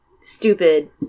stupid